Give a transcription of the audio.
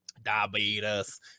Diabetes